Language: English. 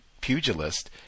pugilist